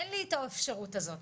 'אין לי את האפשרות הזאת'.